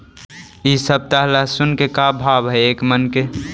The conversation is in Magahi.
इ सप्ताह लहसुन के का भाव है एक मन के?